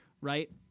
right